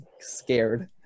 scared